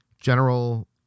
general